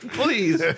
please